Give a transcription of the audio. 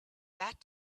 that